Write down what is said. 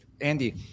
Andy